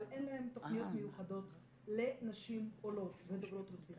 אבל אין להם תכניות מיוחדות לנשים עולות ודוברות רוסית.